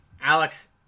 Alex